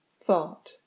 thought